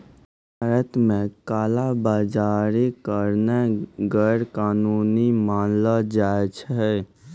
भारत मे काला बजारी करनाय गैरकानूनी मानलो जाय छै